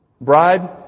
Bride